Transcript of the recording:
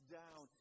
down